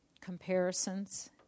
comparisons